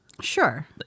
Sure